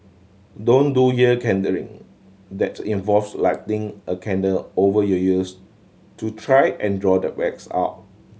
don't do ear that's involves lighting a candle over your ears to try and draw the wax out